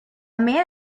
man